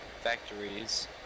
factories